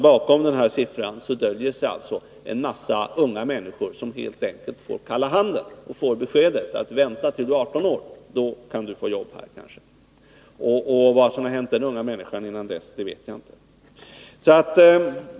Bakom den här siffran kan alltså dölja sig en mängd unga människor som får kalla handen — de får beskedet: Vänta tills du blir 18 år, då kan du kanske få jobb här. Och vad som kan hända den unga människan innan dess vet vi inte.